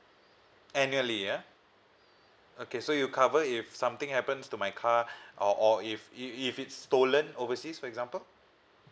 annually ya okay so you'll cover if something happens to my car or or if if it's stolen overseas for example